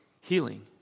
healing